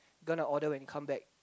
gonna order when he come back